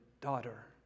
daughter